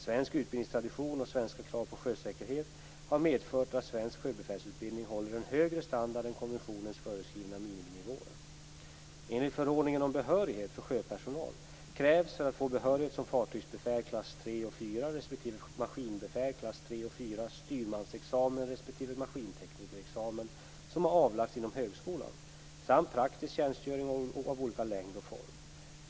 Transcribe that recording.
Svensk utbildningstradition och svenska krav på sjösäkerhet har medfört att svensk sjöbefälsutbildning håller en högre standard än konventionens föreskrivna miniminivåer. och IV styrmansexamen respektive maskinteknikerexamen som avlagts inom högskolan samt praktisk tjänstgöring av olika längd och form.